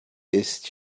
ist